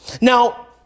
Now